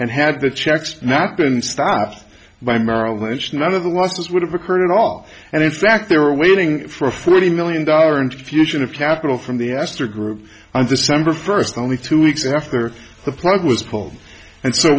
and had the checks not been stopped by merrill lynch none of the losses would have occurred at all and in fact they were waiting for forty million dollar infusion of capital from the astor group on december first only two weeks after the plug was pulled and so